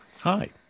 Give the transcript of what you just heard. Hi